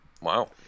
Wow